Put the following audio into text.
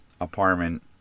apartment